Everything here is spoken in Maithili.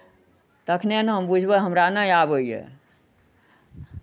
तखने ने हम बुझबै हमरा नहि आबैए